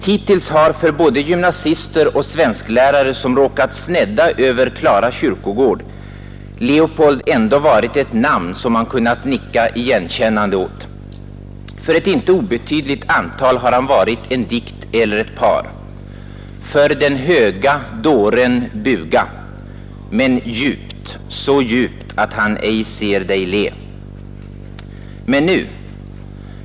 Hittills har för både gymnasister och svensklärare som råkat snedda över Klara kyrkogård Leopold ändå varit ett namn som man kunnat nicka igenkännande åt. För ett inte obetydligt antal har han varit en dikt eller ett par: ”För den höga dåren buga, men djupt, så djupt att han ej ser dig le ———.” Men nu?